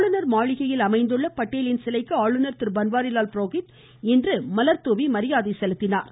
ஆளுநர் மாளிகையில் அமைந்துள்ள படேலின் சிலைக்கு ஆளுநர் திரு பன்வாரிலால் புரோஹித் மலர்தூவி மரியாதை செலுத்தினார்